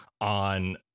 on